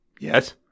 Yes